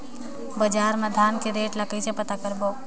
बजार मा धान के रेट ला कइसे पता करबो?